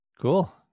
Cool